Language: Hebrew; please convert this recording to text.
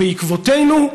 בעקבותינו,